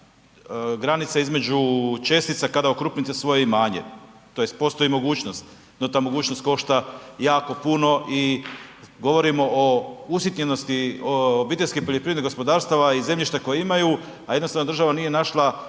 granica između čestica kada okrupnite svoje imanje tj. postoji mogućnost, no ta mogućnost košta jako puno i govorimo o usitnjenosti obiteljskih poljoprivrednih gospodarstava i zemljišta koje imaju, a jednostavno država nije našla